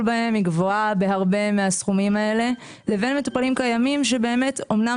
בהם גבוהה בהרבה מהסכומים האלה לבין מטופלים קיימים שאמנם